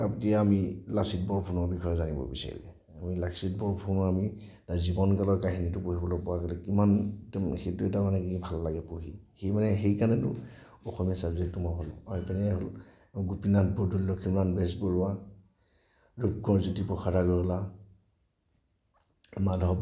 আপুনি ধৰক এতিয়া আমি লাচিত বৰফুকনৰ বিষয়ে জানিব বিচাৰিলে লাচিত বৰফুকনৰ আমি জীৱন কালৰ কাহিনীটো পঢ়িবলৈ পোৱা গ'লে কিমান একদম সেইটো এটা মানে কি ভাল লাগে পঢ়ি সি মানে সেইকাৰণেতো অসমীয়া ছাবজেক্টটো মই ভাল পাওঁ আৰু এইপিনে গোপীনাথ বৰদলৈ লক্ষ্মীনাথ বেজবৰুৱা ৰূপকোঁৱৰ জ্যোতিপ্ৰসাদ আগৰৱালা